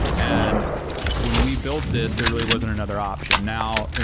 and when we built this, there really wasn't another option. now,